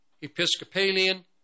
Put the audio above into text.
Episcopalian